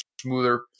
smoother